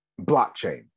blockchain